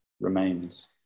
remains